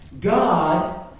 God